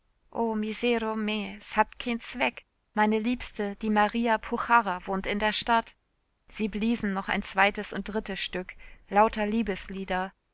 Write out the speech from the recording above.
hat keen zweck meine liebste die maria puchara wohnt in der stadt sie bliesen noch ein zweites und drittes stück lauter liebeslieder